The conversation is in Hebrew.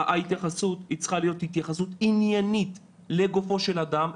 ההתייחסות צריכה להיות התייחסות עניינית לגופו של אדם,